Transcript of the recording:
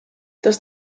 dass